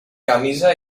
camisa